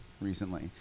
recently